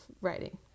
writing